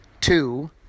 Two